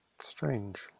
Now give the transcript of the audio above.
strange